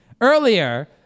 Earlier